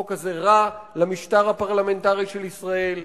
החוק הזה רע למשטר הפרלמנטרי של ישראל,